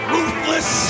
Ruthless